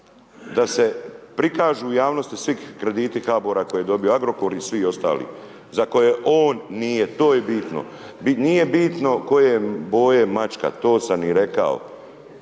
da se prikažu u javnosti svi krediti HBOR-a koje je dobio Agrokor i svi ostali, za koje on nije. To je bitno, nije bitno koje boje mačka, to sam i rekao.